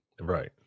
Right